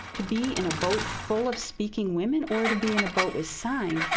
to be in a boat full of speaking women or to be in a boat with sign, hm,